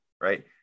right